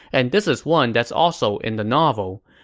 and this is one that's also in the novel.